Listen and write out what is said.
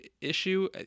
issue